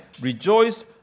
rejoice